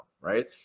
Right